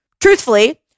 Truthfully